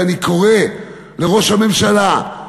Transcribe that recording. ואני קורא לראש הממשלה,